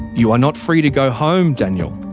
you are not free to go home, daniel.